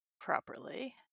properly